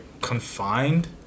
confined